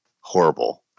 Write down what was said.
horrible